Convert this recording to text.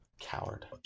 Coward